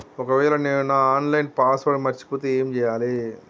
ఒకవేళ నేను నా ఆన్ లైన్ పాస్వర్డ్ మర్చిపోతే ఏం చేయాలే?